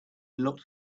looked